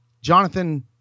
Jonathan